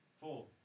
Four